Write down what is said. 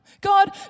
God